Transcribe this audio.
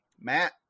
Matt